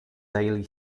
daly